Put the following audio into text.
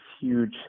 huge